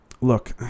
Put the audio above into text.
Look